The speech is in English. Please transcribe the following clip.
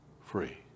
free